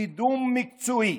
קידום מקצועי